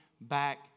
back